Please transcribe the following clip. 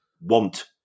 want